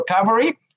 recovery